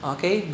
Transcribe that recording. Okay